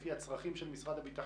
לפי הצרכים של משרד הביטחון?